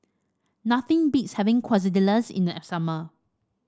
nothing beats having Quesadillas in the summer